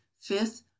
fifth